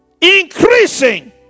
increasing